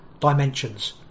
dimensions